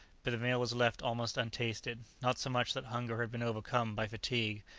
but the meal was left almost untasted not so much that hunger had been overcome by fatigue,